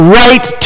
right